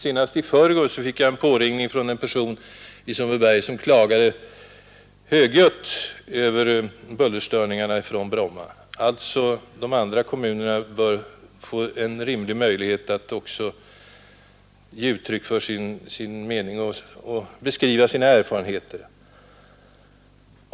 Senast i förrgår fick jag en påringning från en person i Sundbyberg som klagade högljutt över bullerstörningarna från Bromma flygplats. Dessa kommuner bör alltså också få en möjlighet att ge uttryck för sin mening och beskriva sina erfarenheter.